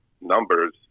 numbers